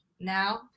now